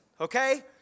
okay